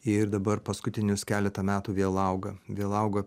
ir dabar paskutinius keletą metų vėl auga vėl auga